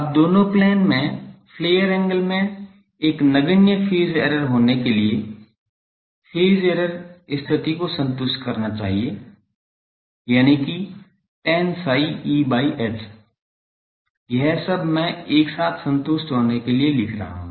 अब दोनों प्लेन में फ्लेयर एंगल में एक नगण्य फेज एरर होने के लिए फेज एरर स्थिति को संतुष्ट करना चाहिए यानिकि tan psi E by H यह सब मैं एक साथ संतुष्ट होने के लिए लिख रहा हूं